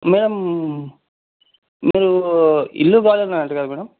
madam మీరు ఇల్లు కావాలి అన్నారు అంటా కదా మేడం